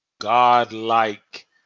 God-like